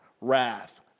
Wrath